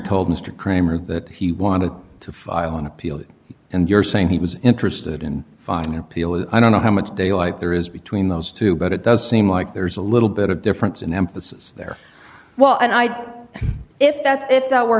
told mr kramer that he wanted to file an appeal and you're saying he was interested in finding an appeal and i don't know how much daylight there is between those two but it does seem like there's a little bit of difference in emphasis there well and i think if that if that were